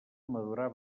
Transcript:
madurar